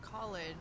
college